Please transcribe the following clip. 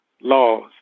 laws